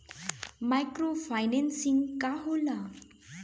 Micro financing का होला?